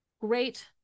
great